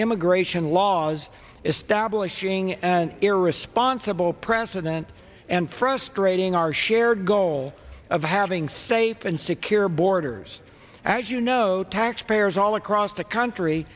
immigration laws establishing an irresponsible president and frustrating our shared goal of having safe and secure borders as you know taxpayers all across the country